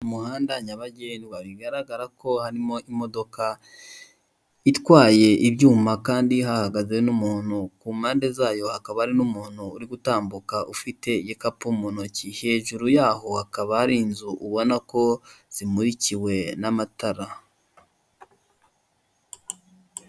Umuhanda nyabagendwa bigaragra ko harimo imodoka itwaye ibyuma kandi hahagaze n'umuntu, ku mpande zayo hakaba hari umuntu uri gutambuka ufite igikapu mu ntoki, hejuru yaho hakaba hari inzu ubona ko zimurikiwe n'amatara.